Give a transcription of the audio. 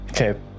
Okay